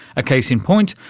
a case in point,